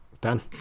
Dan